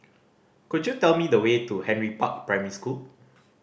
could you tell me the way to Henry Park Primary School